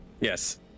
yes